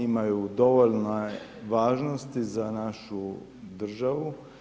imaju dovoljno važnosti za našu državu.